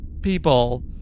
people